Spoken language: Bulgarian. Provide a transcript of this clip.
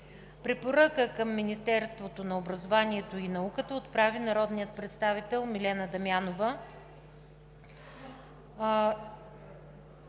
Препоръка към Министерството на образованието и науката отправи народният представител Милена Дамянова.